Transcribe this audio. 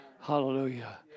Hallelujah